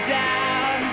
down